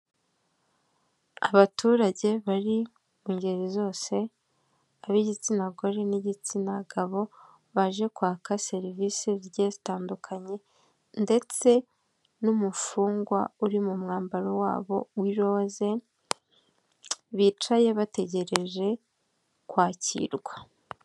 Abaturage bari mu ngeri zose, ab'igitsina gore n'igitsina gabo, baje kwaka serivisi zigiye zitandukanye ndetse n'umufungwa uri mu mwambaro wabo w'iroze, bicaye bategereje kwakirwa.